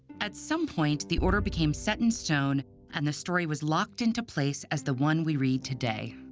at some point, the order became set in stone and the story was locked into place as the one we read today.